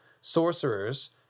Sorcerers